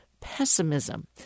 pessimism